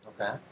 okay